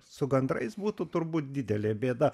su gandrais būtų turbūt didelė bėda